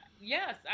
yes